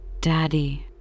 Daddy